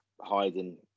hiding